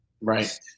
Right